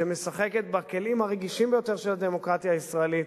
שמשחקת בכלים הרגישים ביותר של הדמוקרטיה הישראלית,